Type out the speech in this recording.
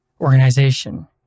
organization